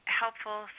helpful